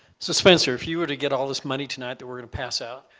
so spencer if you were to get all this money tonight that we're going to pass out,